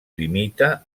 limita